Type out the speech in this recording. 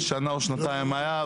צהריים טובים לכולם, אלעד